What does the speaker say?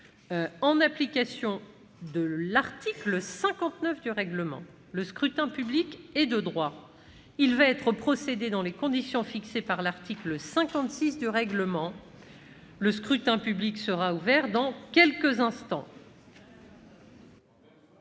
En application de l'article 59 du règlement, le scrutin public ordinaire est de droit. Il va y être procédé dans les conditions fixées par l'article 56 du règlement. Le scrutin est ouvert. Personne ne demande